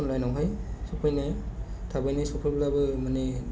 अनलाइनावहाय सफैनाया थाबैनो सफैब्लाबो माने